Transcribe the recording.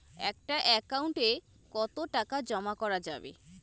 একটা একাউন্ট এ কতো টাকা জমা করা যাবে?